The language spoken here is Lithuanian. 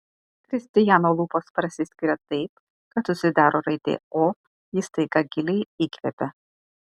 kristijano lūpos prasiskiria taip kad susidaro raidė o jis staiga giliai įkvepia